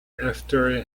after